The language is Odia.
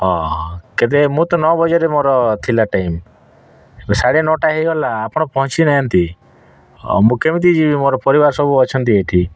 କେତେ ମୋର ତ ନଅ ବଜେରେ ମୋର ଥିଲା ଟାଇମ୍ ଏବେ ସାଢ଼େ ନଅଟା ହୋଇଗଲା ଆପଣ ପହଞ୍ଚି ନାହାନ୍ତି ହଁ ମୁଁ କେମିତି ଯିବି ମୋର ପରିବାର ସବୁ ଅଛନ୍ତି ଏଇଠି